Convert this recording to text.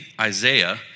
Isaiah